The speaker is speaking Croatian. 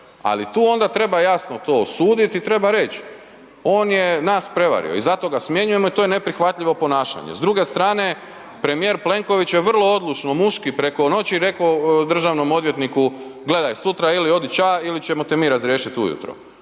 Ali, tu onda treba jasno to osuditi i treba reći, on je nas prevario i zato ga smjenjujemo i to je neprihvatljivo ponašanje. S druge strane, premijer Plenković je vrlo odlučno, muški, preko noći rekao državnom odvjetniku, gledaj, sutra ili odi ča ili ćemo te mi razriješiti ujutro.